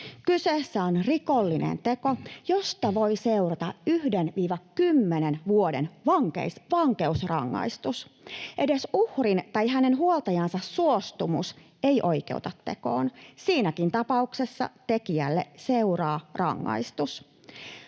Kyseessä on rikollinen teko, josta voi seurata 1—10 vuoden vankeusrangaistus. Edes uhrin tai hänen huoltajansa suostumus ei oikeuta tekoon. Siinäkin tapauksessa tekijälle seuraa rangaistus.